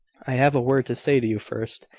i have a word to say to you first.